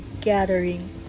gathering